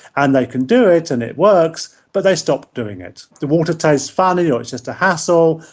and they can do it and it works, but they stop doing it. the water tastes funny or it's just a hassle,